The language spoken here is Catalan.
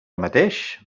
mateix